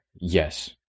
Yes